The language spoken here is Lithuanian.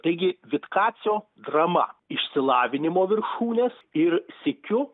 taigi vitkaco drama išsilavinimo viršūnės ir sykiu